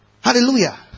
Hallelujah